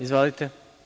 Izvolite.